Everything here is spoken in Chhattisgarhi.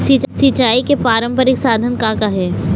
सिचाई के पारंपरिक साधन का का हे?